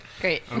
Great